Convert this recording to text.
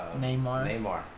Neymar